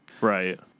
Right